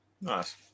Nice